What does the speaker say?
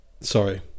Sorry